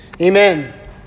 Amen